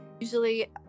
usually